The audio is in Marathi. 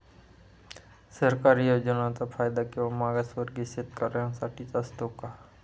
सरकारी योजनांचा फायदा केवळ मागासवर्गीय शेतकऱ्यांसाठीच असतो का?